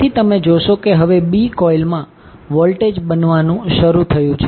તેથી તમે જોશો કે હવે B કોઇલમાં વોલ્ટેજ બનાવવાનું શરૂ થયું છે